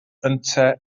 ynte